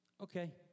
okay